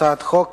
הצעת החוק